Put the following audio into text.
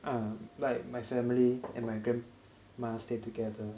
uh like my family and my grandma stay together